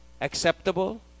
acceptable